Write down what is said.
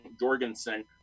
Jorgensen